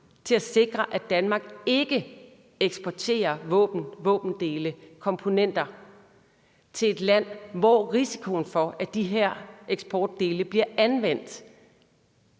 til at sikre, at Danmark ikke eksporterer våben, våbendele eller komponenter til et land, hvor der er risiko for, at de her eksportdele bliver anvendt